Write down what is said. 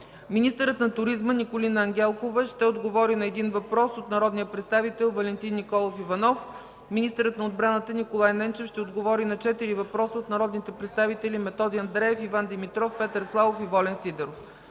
министърът на туризма Николина Ангелкова ще отговори на един въпрос от народния представител Валентин Николов Иванов; – министърът на отбраната Николай Ненчев ще отговори на четири въпроса от народните представители Методи Андреев, Иван Димитров, Петър Славов, и Волен Сидеров.